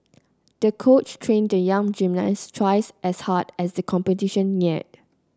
the coach trained the young gymnast twice as hard as the competition neared